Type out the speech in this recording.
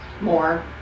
more